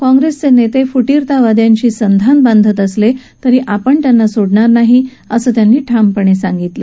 काँग्रेसचे नेते फुटीरतावाद्यांशी संघान बांधत असले तरी आपण त्यांना सोडणार नाही असं त्यांनी ठामपणे सांगितलं